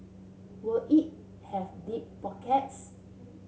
will it have deep pockets